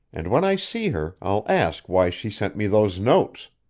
and when i see her i'll ask why she sent me those notes.